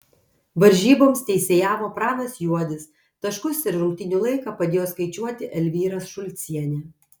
varžyboms teisėjavo pranas juodis taškus ir rungtynių laiką padėjo skaičiuoti elvyra šulcienė